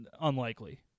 unlikely